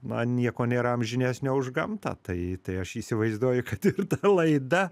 na nieko nėra amžinesnio už gamtą tai tai aš įsivaizduoju kad ir ta laida